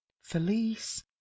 Felice